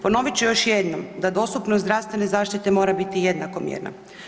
Ponovit ću još jednom da dostupnost zdravstvene zaštite mora biti jednakomjerna.